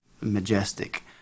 majestic